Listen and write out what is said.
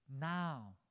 Now